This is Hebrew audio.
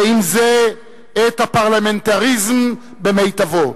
ועם זה את הפרלמנטריזם במיטבו.